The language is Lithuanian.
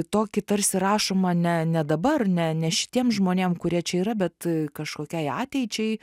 tokį tarsi rašoma ne ne dabar ne ne šitiem žmonėm kurie čia yra bet kažkokiai ateičiai